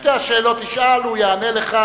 שתי השאלות תשאל, הוא יענה לך.